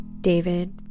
David